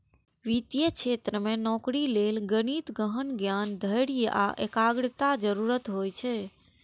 वित्तीय क्षेत्र मे नौकरी लेल गणितक गहन ज्ञान, धैर्य आ एकाग्रताक जरूरत होइ छै